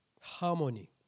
Harmony